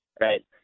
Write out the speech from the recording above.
right